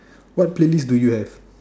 what playlist do you have